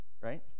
Right